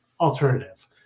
alternative